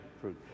fruit